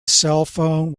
cellphone